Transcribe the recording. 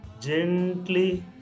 gently